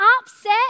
upset